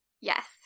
yes